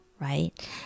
right